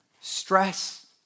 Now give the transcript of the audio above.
stress